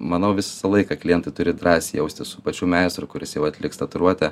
manau visą laiką klientai turi drąsiai jaustis su pačiu meistru kuris jau atliks tatuiruotę